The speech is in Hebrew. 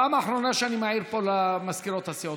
זו פעם אחרונה שאני מעיר פה למזכירות הסיעות.